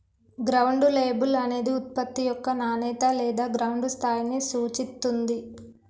ground label అనేది ఉత్పత్తి యొక్క నాణేత లేదా గ్రౌండ్ స్థాయిని సూచిత్తుంది